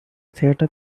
theatre